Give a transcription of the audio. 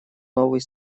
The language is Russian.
новый